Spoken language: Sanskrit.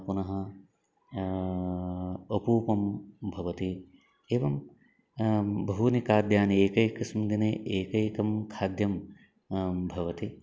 पुनः अपूपं भवति एवं बहूनि खाद्यानि एकैकस्मिन् दिने एकैकं खाद्यं भवति